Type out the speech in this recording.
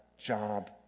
job